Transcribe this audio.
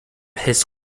his